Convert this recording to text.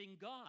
God